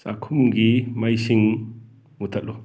ꯆꯥꯈꯨꯝꯒꯤ ꯃꯩꯁꯤꯡ ꯃꯨꯠꯊꯠꯂꯨ